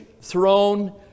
throne